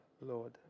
Lord